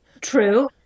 True